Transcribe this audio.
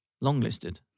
long-listed